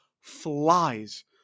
flies